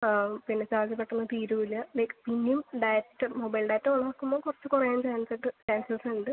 പിന്നെ ചാർജ് പെട്ടെന്ന് തീരില്ല ലൈക്ക് പിന്നെയും ഡാറ്റ മൊബൈൽ ഡാറ്റ ഓൺ ആക്കുമ്പോൾ കുറച്ച് കുറയാൻ ചാൻസസ് ചാൻസസ് ഉണ്ട്